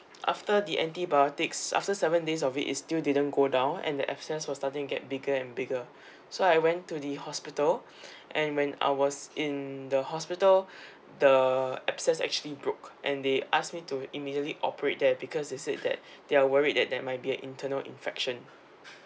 after the antibiotics after seven days of it it still didn't go down and the abscess were starting get bigger and bigger so I went to the hospital and when I was in the hospital the uh abscess actually broke and they asked me to immediately operate there because they said that they are worried that that might be a internal infection